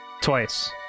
Twice